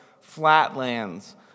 flatlands